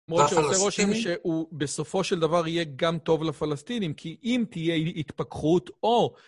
למרות שהוא עושה רושם שהוא בסופו של דבר יהיה גם טוב לפלסטינים, כי אם תהיה התפקחות או...